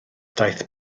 daeth